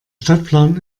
stadtplan